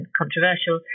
controversial